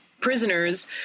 prisoners